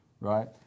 right